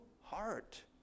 heart